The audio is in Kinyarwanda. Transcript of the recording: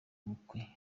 ubukwe